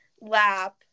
lap